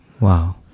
Wow